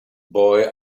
boy